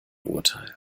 urteil